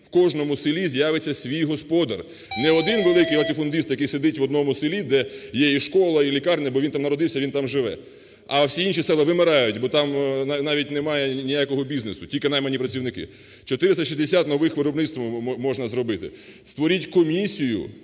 в кожному селі з'явиться свій господар. Не один великий латифундист, який сидить в одному селі, де є і школа, і лікарня, бо він там народився і він там живе, а всі інші села вимирають, бо там навіть немає ніякого бізнесу, тільки наймані працівники. 460 нових виробництв можна зробити. Створіть комісію